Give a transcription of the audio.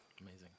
Amazing